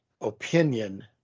opinion